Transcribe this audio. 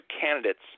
candidates